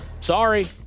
Sorry